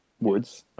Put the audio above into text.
woods